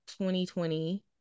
2020